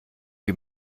wie